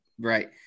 right